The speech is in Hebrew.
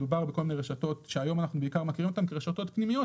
מדובר בכל מיני רשתות שהיום אנחנו בעיקר מכירים אותם כרשתות פנימיות,